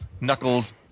knuckles